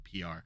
PR